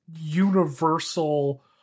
universal